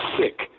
sick